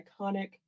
iconic